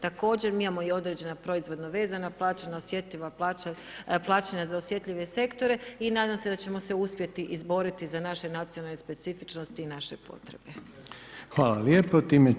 Također, mi imamo i određena proizvodno vezana plaćanja, osjetljiva plaćanja, plaćanja za osjetljive sektore i nadam se da ćemo se uspjeti izboriti za naše nacionalne specifičnosti i naše potrebe.